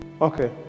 Okay